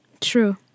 True